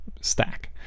stack